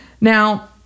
Now